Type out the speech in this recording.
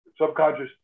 subconscious